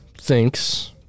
thinks